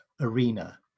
arena